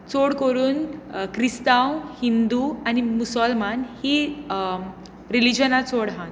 चड करून क्रिस्तांव हिंदू आनी मुसोलमान हीं रिलीजनां चड हांत